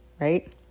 right